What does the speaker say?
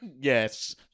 Yes